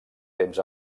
temps